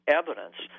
evidence